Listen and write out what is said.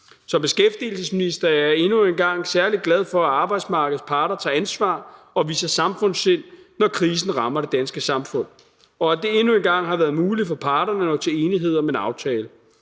Som beskæftigelsesminister er jeg endnu en gang særlig glad for, at arbejdsmarkedets parter tager ansvar og viser samfundssind, når krisen rammer det danske samfund, og at det endnu en gang har været muligt for parterne at nå til enighed om en aftale.